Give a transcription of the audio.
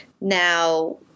Now